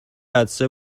عطسه